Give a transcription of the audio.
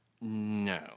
No